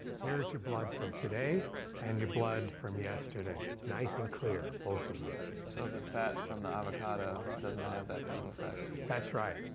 here's your blood from today and your blood from yesterday. nice and clear, both of them. so the fat from the avocado doesn't have that kind of effect? that's right.